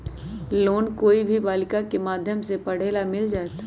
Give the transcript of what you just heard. Loan कोई भी बालिका के माध्यम से पढे ला मिल जायत?